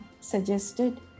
suggested